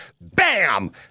Bam